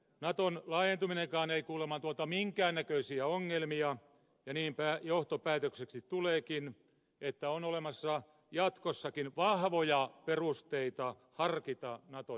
naton laajentuminenkaan ei kuulemma tuota minkään näköisiä ongelmia ja niinpä johtopäätökseksi tuleekin että on olemassa jatkossakin vahvoja perusteita harkita suomen nato jäsenyyttä